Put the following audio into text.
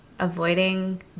avoiding